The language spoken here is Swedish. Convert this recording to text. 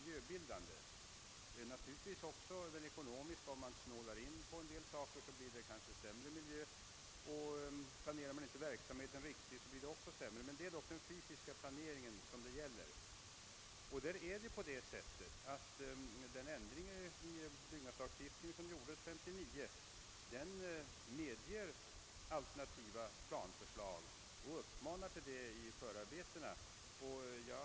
Det är naturligtvis även den ekonomiska; om man snålar in på en del saker blir kanske miljön sämre, och planerar man inte en verksamhet riktigt fungerar den sämre. Men den fysiska planeringen spelar dock störst roll för miljöbildningen. Den ändring i byggnadslagstiftningen som genomfördes 1959 medger alternativa planförslag och uppmanar till sådana i förarbetena.